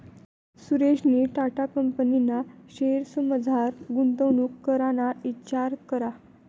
सुरेशनी टाटा कंपनीना शेअर्समझार गुंतवणूक कराना इचार करा